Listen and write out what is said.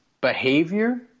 behavior